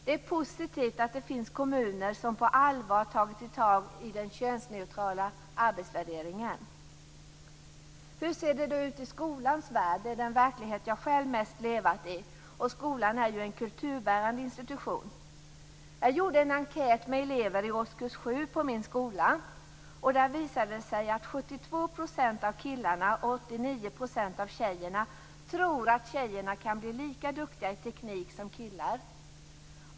Det är positivt att det finns kommuner som på allvar tagit tag i den könsneutrala arbetsvärderingen. Hur ser det då ut i skolans värld? Det är den verklighet jag själv mest levt i. Skolan är ju en kulturbärande institution. Jag gjorde en enkät med elever i årskurs 7 på min skola. Där visade det sig att 72 % av killarna och 89 % av tjejerna tror att tjejer kan bli lika duktiga i teknik som killar.